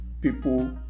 people